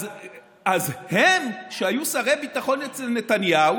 אז הם, שהיו שרי ביטחון אצל נתניהו